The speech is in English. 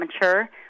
mature